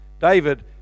David